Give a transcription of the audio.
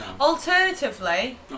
Alternatively